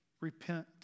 Repent